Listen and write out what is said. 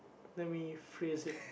let me phrase it